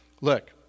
Look